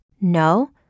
No